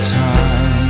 time